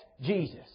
Jesus